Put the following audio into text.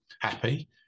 happy